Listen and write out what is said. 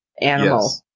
animal